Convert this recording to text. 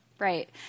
Right